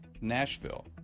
Nashville